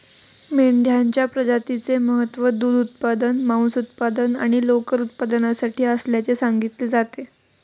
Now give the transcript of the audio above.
मेंढ्यांच्या प्रजातीचे महत्त्व दूध उत्पादन, मांस उत्पादन आणि लोकर उत्पादनासाठी असल्याचे सांगितले जाते